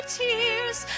tears